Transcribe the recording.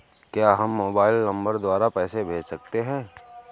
क्या हम mobile number द्वारा पैसे भेज सकते हैं?